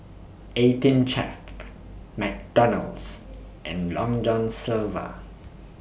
eighteen Chef McDonald's and Long John Silver